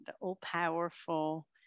all-powerful